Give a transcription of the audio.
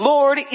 Lord